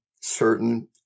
certain